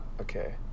Okay